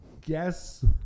guess